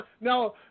Now